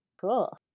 Cool